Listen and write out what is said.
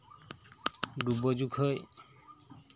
ᱨᱩᱣᱟᱹ ᱡᱚᱠᱷᱚᱡ